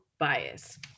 bias